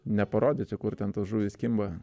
neparodyti kur ten tos žuvys kimba